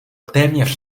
téměř